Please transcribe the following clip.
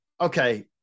okay